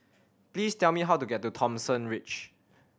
please tell me how to get to Thomson Ridge